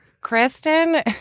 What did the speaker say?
Kristen